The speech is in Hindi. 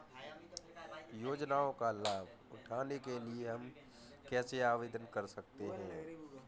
योजनाओं का लाभ उठाने के लिए हम कैसे आवेदन कर सकते हैं?